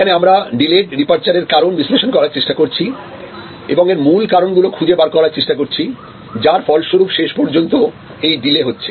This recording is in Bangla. এখানে আমরা ডিলেড ডিপারচার এর কারণ বিশ্লেষণ করার চেষ্টা করছি এবং মূল কারণগুলো খুঁজে বার করার চেষ্টা করছি যার ফলস্বরূপ শেষ পর্যন্ত এই ডিলে হচ্ছে